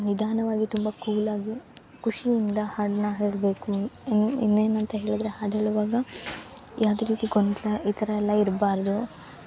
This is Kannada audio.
ನಿಧಾನವಾಗಿ ತುಂಬ ಕೂಲಾಗಿ ಖುಷಿಯಿಂದ ಹಾಡನ್ನ ಹೇಳಬೇಕು ಇನ್ನು ಇನ್ನೇನು ಅಂತ ಹೇಳಿದ್ರೆ ಹಾಡು ಹೇಳುವಾಗ ಯಾವುದೇ ರೀತಿ ಗೊಂದಲ ಈ ಥರ ಎಲ್ಲ ಇರಬಾರ್ದು